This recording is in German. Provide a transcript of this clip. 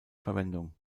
verwendung